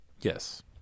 Yes